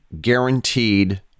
guaranteed